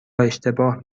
اشتباه